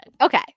Okay